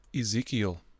Ezekiel